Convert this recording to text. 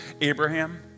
Abraham